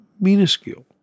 minuscule